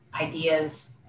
ideas